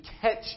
catch